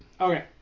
Okay